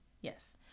yes